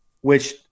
Which-